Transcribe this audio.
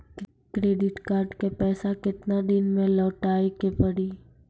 Credit card के पैसा केतना दिन मे लौटाए के पड़ी?